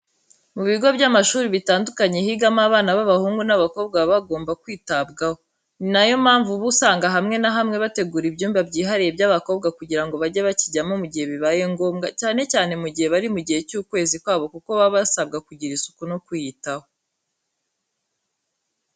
Mu bigo by'amashuri bitandukanye higamo abana b'abahungu n'abakobwa baba bagomba kwitabwaho, ni na yo mpamvu uba usanga hamwe na hamwe bategura ibyumba byihariye by'abakobwa kugira ngo bajye bakijyamo mu gihe bibaye ngombwa, cyane cyane mu gihe bari mu gihe cy'ukwezi kwabo kuko baba basabwa kugira isuku no kwiyitaho.